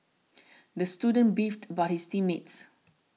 the student beefed about his team mates